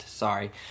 Sorry